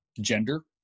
gender